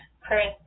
Chris